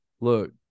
look